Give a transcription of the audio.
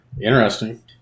Interesting